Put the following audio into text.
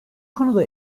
konuda